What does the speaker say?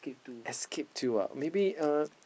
escape to ah maybe uh